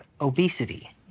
obesity